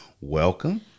welcome